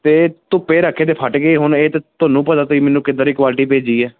ਅਤੇ ਧੁੱਪੇ ਰੱਖੇ ਤਾਂ ਫਟ ਗਏ ਹੁਣ ਇਹ ਤਾਂ ਤੁਹਾਨੂੰ ਪਤਾ ਤੁਸੀਂ ਮੈਨੂੰ ਕਿੱਦਾਂ ਦੀ ਕੁਆਲਿਟੀ ਭੇਜੀ ਹੈ